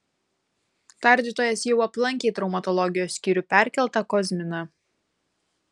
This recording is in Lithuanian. tardytojas jau aplankė į traumatologijos skyrių perkeltą kozminą